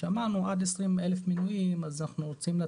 שאמרנו עד 20,000 מנויים אנחנו רוצים לא